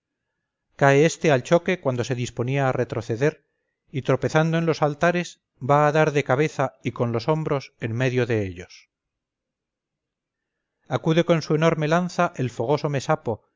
cae este al choque cuando se disponía a retroceder y tropezando en los altares va a dar de cabeza y con los hombros en medio de ellos acude con su enorme lanza el fogoso mesapo